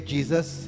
Jesus